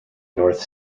north